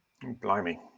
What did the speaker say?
blimey